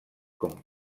com